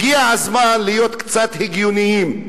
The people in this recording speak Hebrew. הגיע הזמן להיות קצת הגיוניים,